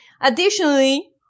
Additionally